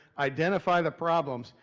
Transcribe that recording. identify the problems,